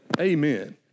Amen